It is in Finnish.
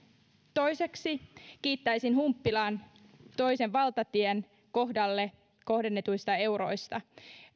toiseksi kiittäisin humppilaan valtatie kahden kohdalle kohdennetuista euroista